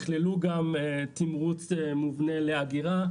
יכללו גם תמרוץ מובנה לאגירה.